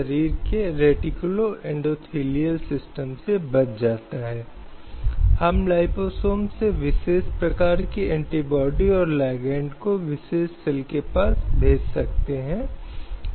रहे हैं या कई बार अन्य व्यक्ति के खिलाफ भी दंडात्मक कार्रवाई की जा रही है